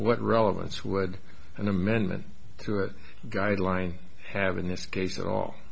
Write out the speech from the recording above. what relevance would an amendment to a guideline have in this case at all